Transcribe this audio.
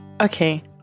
Okay